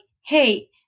hey